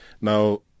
Now